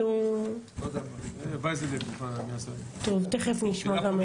טוב, תיכף נשמע.